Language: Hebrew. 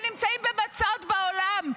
ונמצאים במצוד בעולם.